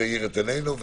זה האיר את עינינו.